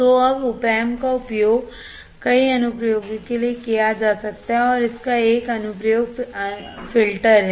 तो अब opamp का उपयोग कई अनुप्रयोगों के लिए किया जा सकता है और इसका एक अनुप्रयोग फ़िल्टर है